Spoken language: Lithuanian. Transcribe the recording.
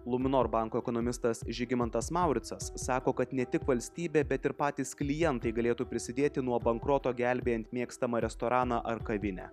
luminor banko ekonomistas žygimantas mauricas sako kad ne tik valstybė bet ir patys klientai galėtų prisidėti nuo bankroto gelbėjant mėgstamą restoraną ar kavinę